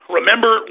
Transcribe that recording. Remember